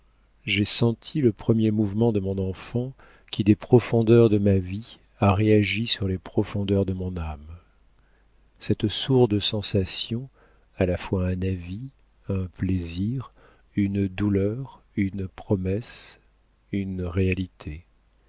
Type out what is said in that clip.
j'ai senti le premier mouvement de mon enfant qui des profondeurs de ma vie a réagi sur les profondeurs de mon âme cette sourde sensation à la fois un avis un plaisir une douleur une promesse une réalité